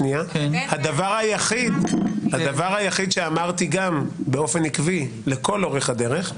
--- הדבר היחיד שאמרתי באופן עקבי לכל אורך הדרך,